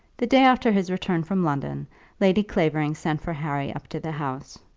the day after his return from london lady clavering sent for harry up to the house.